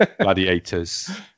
Gladiators